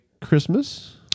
Christmas